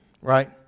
right